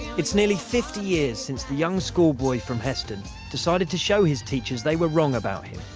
it's nearly fifty years since the young school boy from heston decided to show his teachers they were wrong about him,